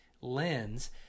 lens